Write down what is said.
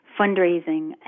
fundraising